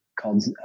called